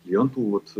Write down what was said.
klijentų vat